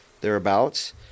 thereabouts